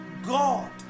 God